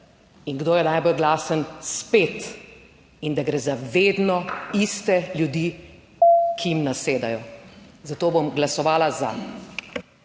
in kdo je najbolj glasen spet. In da gre za vedno iste ljudi, ki jim nasedajo. Zato bom glasovala za.